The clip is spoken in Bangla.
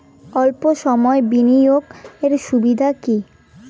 অল্প সময়ের বিনিয়োগ এর সুবিধা কি?